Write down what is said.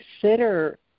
consider